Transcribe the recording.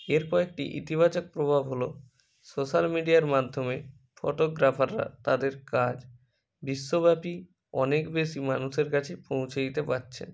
এর কয়েকটি ইতিবাচক প্রভাব হলো সোশ্যাল মিডিয়ার মাধ্যমে ফটোগ্রাফাররা তাদের কাজ বিশ্বব্যাপী অনেক বেশি মানুষের কাছে পৌঁছে দিতে পারছে